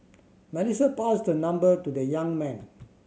Melissa passed her number to the young man